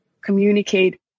communicate